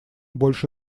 больше